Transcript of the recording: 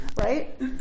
right